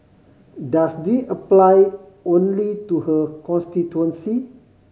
does they apply only to her constituency